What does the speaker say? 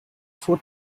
for